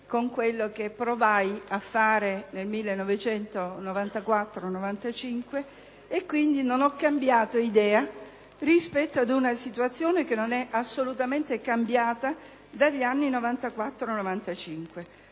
con quello che provai a fare nel 1994-95 e non ho cambiato idea rispetto ad una situazione che non è assolutamente cambiata da quegli anni.